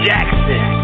Jackson